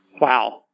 Wow